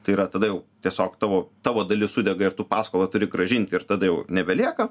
tai yra tada jau tiesiog tavo tavo dalis sudega ir tu paskolą turi grąžinti ir tada jau nebelieka